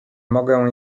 mogę